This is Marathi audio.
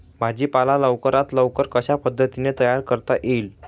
भाजी पाला लवकरात लवकर कशा पद्धतीने तयार करता येईल?